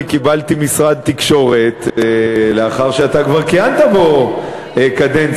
אני קיבלתי משרד תקשורת לאחר שאתה כבר כיהנת בו קדנציה,